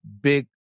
big